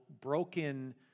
broken